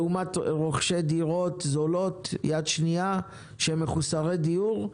זאת לעומת רוכשי דירות זולות יד שנייה של מחוסרי דיור,